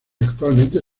actualmente